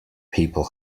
people